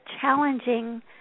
challenging